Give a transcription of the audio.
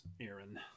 Aaron